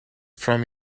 from